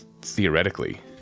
Theoretically